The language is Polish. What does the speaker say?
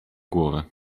głowę